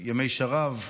ימי שרב.